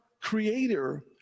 creator